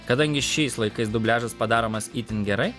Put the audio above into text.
kadangi šiais laikais dubliažas padaromas itin gerai